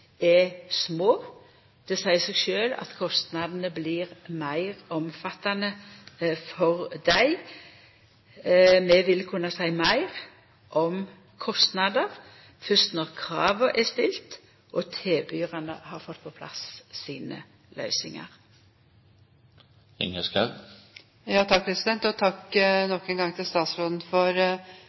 er små. Det seier seg sjølv at kostnadene blir meir omfattande for dei. Vi vil kunna seia meir om kostnader fyrst når krava er stilte og tilbydarane har fått på plass sine løysingar. Takk nok en gang til statsråden for